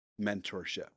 mentorship